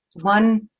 one